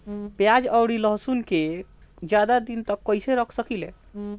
प्याज और लहसुन के ज्यादा दिन तक कइसे रख सकिले?